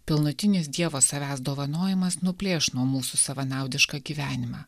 pilnutinis dievo savęs dovanojimas nuplėš nuo mūsų savanaudišką gyvenimą